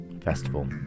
festival